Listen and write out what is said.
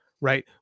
right